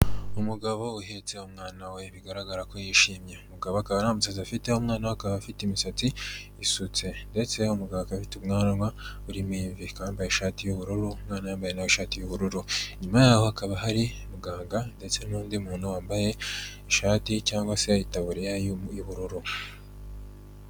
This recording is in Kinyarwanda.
Umugabo uhetse umwana we bigaragara ko yishimye, umugabo akaba nta musatsi afite, umwana we akaba afite imisatsi isutse ndetse umugabo afite ubwanwa burimo imvi, yambaye ishati y'ubururu, umwana yambaye na we ishati y'ubururu, inyuma yaho hakaba hari muganga ndetse n'undi muntu wambaye ishati cyangwa se itaburiya y'ubururu.